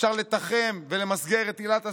אפשר לתחם ולמסגר את עילת הסבירות,